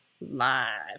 live